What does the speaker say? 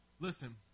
Listen